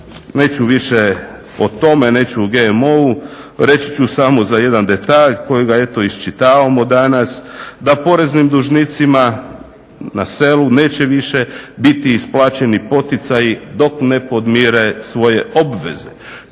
neću više o tome, neću o GMO-u, reći ću samo za jedan detalj kojega eto iščitavamo danas, da poreznim dužnicima na selu neće više biti isplaćeno poticaji dok ne podmire svoje obveze.